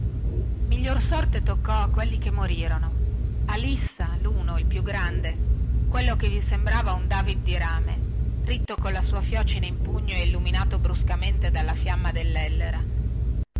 miglior sorte toccò a quelli che morirono a lissa luno il più grande quello che vi sembrava un david di rame ritto colla sua fiocina in pugno e illuminato bruscamente dalla fiamma